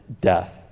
death